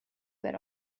were